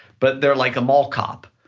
but they're like a mall cop,